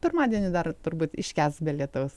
pirmadienį dar turbūt iškęs be lietaus